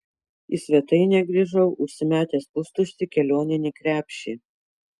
į svetainę grįžau užsimetęs pustuštį kelioninį krepšį